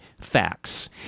facts